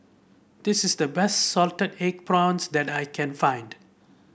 this is the best Salted Egg Prawns that I can find